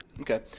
Okay